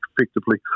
effectively